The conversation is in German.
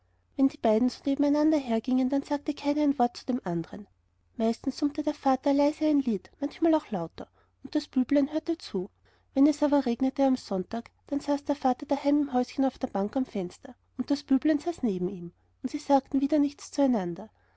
wenn nun die beiden so nebeneinander hergingen dann sagte keiner ein wort zu dem anderen meistens summte der vater leise ein lied manchmal auch lauter und das büblein hörte zu wenn es aber regnete am sonntag dann saß der vater daheim im häuschen auf der bank am fenster und das büblein saß neben ihm und sie sagten wieder nichts